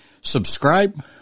subscribe